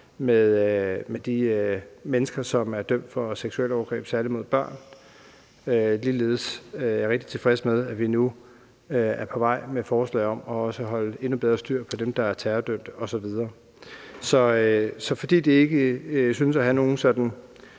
med de mennesker, som er dømt for seksualovergreb, særlig mod børn. Ligeledes er jeg rigtig tilfreds med, at vi nu er på vej med forslag om også at holde endnu bedre styr på dem, der er terrordømte osv. Så fordi det ikke synes at have nogen sådan